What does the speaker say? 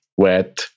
wet